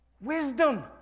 Wisdom